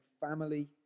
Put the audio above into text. family